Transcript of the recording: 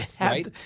right